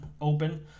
open